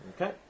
Okay